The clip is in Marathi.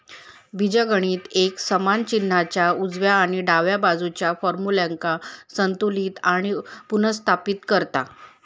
बीजगणित एक समान चिन्हाच्या उजव्या आणि डाव्या बाजुच्या फार्म्युल्यांका संतुलित आणि पुनर्स्थापित करता